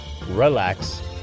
relax